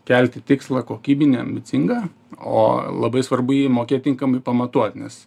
kelti tikslą kokybinį ambicingą o labai svarbu jį mokėt tinkamai pamatuot nes